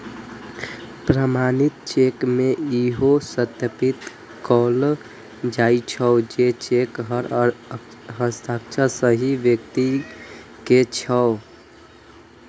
प्रमाणित चेक मे इहो सत्यापित कैल जाइ छै, जे चेक पर हस्ताक्षर सही व्यक्ति के छियै